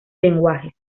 lenguajes